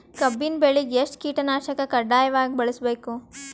ಕಬ್ಬಿನ್ ಬೆಳಿಗ ಎಷ್ಟ ಕೀಟನಾಶಕ ಕಡ್ಡಾಯವಾಗಿ ಬಳಸಬೇಕು?